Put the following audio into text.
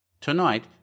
Tonight